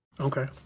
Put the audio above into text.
okay